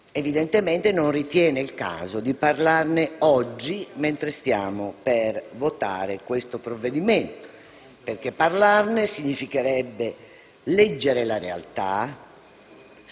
incidenti, non ritiene sia il caso di parlarne oggi, mentre stiamo per votare questo provvedimento; infatti, parlarne significherebbe leggere la realtà e